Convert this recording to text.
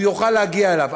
הוא יוכל להגיע אליו,